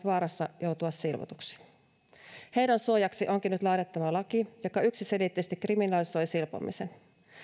vaarassa joutua silvotuiksi heidän suojakseen onkin nyt laadittava laki joka yksiselitteisesti kriminalisoi silpomisen